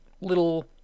little